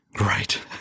right